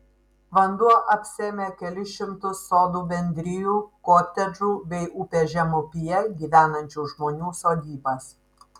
vanduo apsėmė kelis šimtus sodų bendrijų kotedžų bei upės žemupyje gyvenančių žmonių sodybas